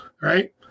right